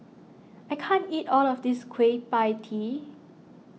I can't eat all of this Kueh Pie Tee